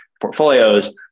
portfolios